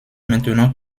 maintenant